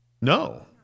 No